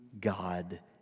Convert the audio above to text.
God